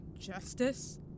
Justice